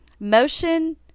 Motion